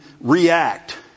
react